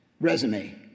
resume